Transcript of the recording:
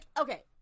okay